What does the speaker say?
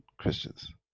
Christians